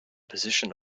position